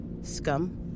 Scum